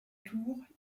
tours